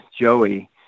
Joey